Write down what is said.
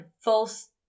false